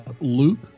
Luke